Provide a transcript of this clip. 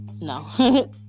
No